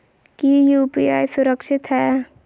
की यू.पी.आई सुरक्षित है?